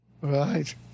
right